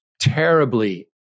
terribly